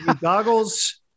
goggles